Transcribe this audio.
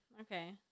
Okay